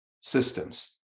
systems